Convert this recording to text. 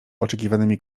oczekiwanymi